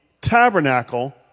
tabernacle